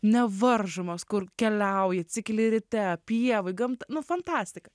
nevaržomos kur keliauji atsikeli ryte pievoj gamt nu fantastika